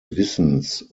wissens